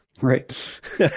right